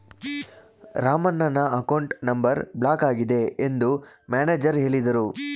ರಾಮಣ್ಣನ account number block ಆಗಿದೆ ಎಂದು manager ಹೇಳಿದರು